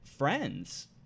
Friends